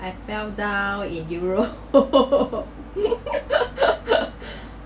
I fell down in europe